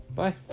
Bye